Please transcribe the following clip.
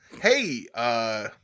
Hey